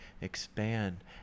expand